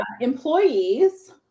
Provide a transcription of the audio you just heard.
employees